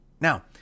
Now